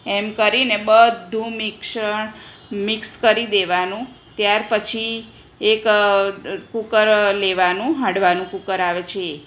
એમ કરીને બધું મિશ્રણ મીક્ષ કરી દેવાનું ત્યાર પછી એક કૂકર લેવાનું હાંડવાનું કૂકર આવે છે એ